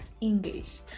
english